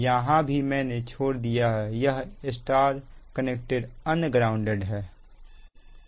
यहां भी मैंने छोड़ दिया यह Y कनेक्टेड अनग्राउंडेड है